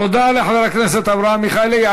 תודה לחבר הכנסת אברהם מיכאלי.